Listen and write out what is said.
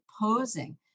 posing